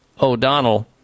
O'Donnell